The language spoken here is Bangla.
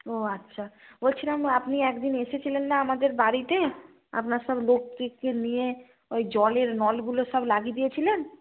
ও আচ্ছা বলছিলাম আপনি এক দিন এসেছিলেন না আমাদের বাড়িতে আপনার সব লোক নিয়ে ওই জলের নলগুলো সব লাগিয়ে দিয়েছিলেন